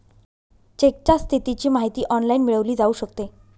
चेकच्या स्थितीची माहिती ऑनलाइन मिळवली जाऊ शकते